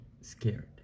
scared